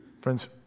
Friends